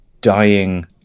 dying